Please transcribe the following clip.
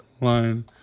line